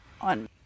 On